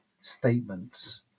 statements